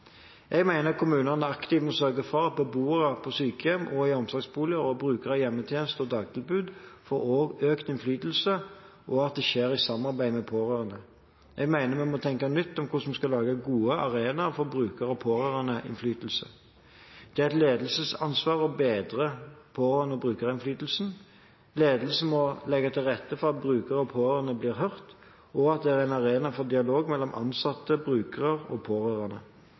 Jeg mener kommunene aktivt må sørge for at beboere på sykehjem og i omsorgsboliger og brukere av hjemmetjenester og dagtilbud får økt innflytelse, og at det skjer i samarbeid med de pårørende. Jeg mener vi må tenke nytt om hvordan vi kan lage gode arenaer for bruker- og pårørendeinnflytelse. Det er et ledelsesansvar å bedre pårørende- og brukerinnflytelsen. Ledelsen må legge til rette for at brukere og pårørende blir hørt, og at det er arenaer for dialog mellom ansatte, brukere og pårørende.